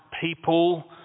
people